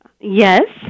Yes